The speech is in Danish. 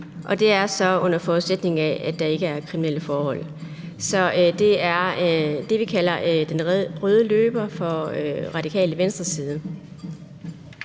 og det er så, under forudsætning af at der ikke er kriminelle forhold. Så det er dét, vi fra Radikale Venstres side